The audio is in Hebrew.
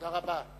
תודה רבה.